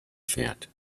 fährt